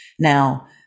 now